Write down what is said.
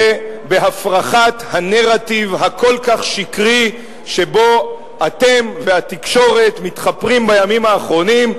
זה הפרכת הנרטיב הכל-כך שקרי שבו אתם והתקשורת מתחפרים בימים האחרונים,